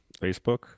Facebook